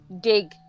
dig